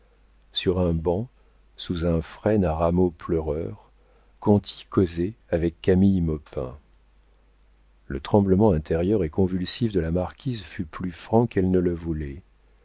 sur un banc sous un frêne à rameaux pleureurs conti causait avec camille maupin le tremblement intérieur et convulsif de la marquise fut plus franc qu'elle ne le voulait